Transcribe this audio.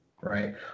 right